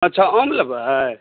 अच्छा आम लेबै